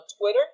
Twitter